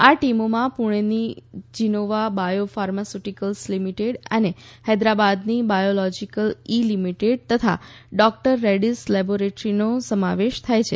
આ ટીમોમાં પૂણેની જિનોવા બાયો ફાર્માસ્યુટીક્લ્સ લિમિટેડ અને હૈદરાબાદની બાયોલોજીક્લ ઈ લિમિટેડ તથા ડોક્ટર રેડિસ લેબોરેટરીનો સમાવેશ થાય છે